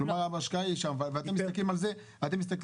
כלומר אתם מסתכלים על זה כאחד,